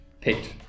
picked